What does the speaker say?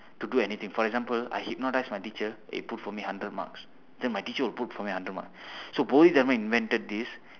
to do anything for example I hypnotise my teacher it put for me hundred marks then my teacher will put for me hundred mark so bodhidharma invented this